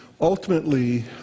ultimately